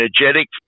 energetic